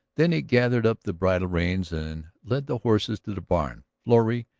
then he gathered up the bridle-reins and led the horses to the barn. florrie,